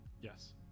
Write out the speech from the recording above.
Yes